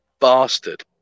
bastard